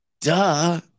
Duh